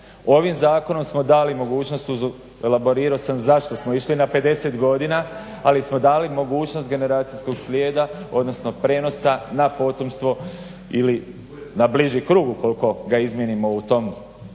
Ovim zakonom smo dali mogućnost, elaborirao sam zašto smo išli na 50 godina, ali smo dali mogućnost generacijskog slijeda, odnosno prijenosa na potomstvo ili na bliži krug ukoliko ga izmijenimo u tom